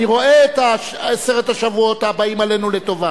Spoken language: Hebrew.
אני רואה את עשרת השבועות הבאים עלינו לטובה.